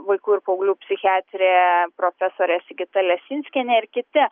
vaikų ir paauglių psichiatrė profesorė sigita lesinskienė ir kiti